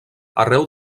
arreu